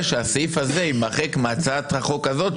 שהסעיף הזה יימחק מהצעת החוק הזאת,